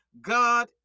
God